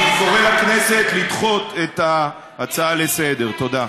אני קורא לכנסת לדחות את ההצעה לסדר-היום.